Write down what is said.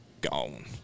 gone